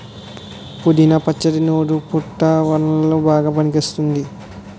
పుదీనా పచ్చడి నోరు పుతా వున్ల్లోకి బాగా పనికివస్తుంది